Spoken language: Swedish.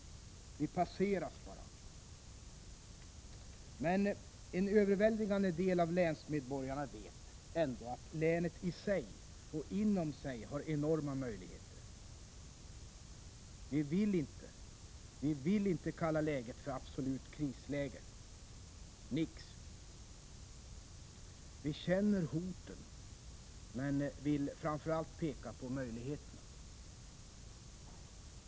Vi passeras bara. En överväldigande del av länsmedborgarna vet emellertid att länet i sig och inom sig har enorma möjligheter. Vi vill inte kalla läget för ett absolut krisläge. Nix! Vi känner hoten, men vi vill framför allt peka på möjligheterna.